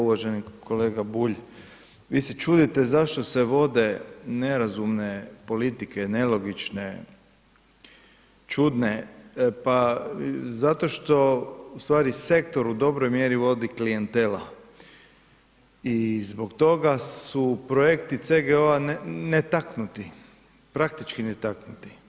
Uvaženi kolega Bulj, vi se čudite zašto se vode nerazumne politike, nelogične, čudne, pa zato što ustvari sektor u dobroj mjeri vodi klijentela i zbog toga su projekti CGO-a netaknuti, praktički netaknuti.